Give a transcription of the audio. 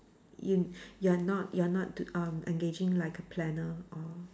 you you are not you are not t~ um engaging like a planner or